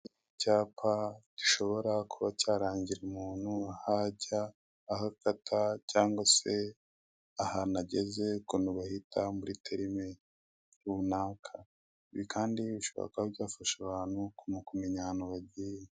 Icyapa gishobora kuba cyarangira umuntu ahantu ahajya, ahakata, cyangwa se ahantu ageze ukuntu bahita muri terime runaka, ibi kandi bishobora kuba byafasha abantu kumenya ahantu bagiye.